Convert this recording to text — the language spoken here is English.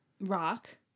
Rock